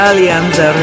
Alianza